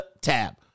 tab